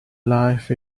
life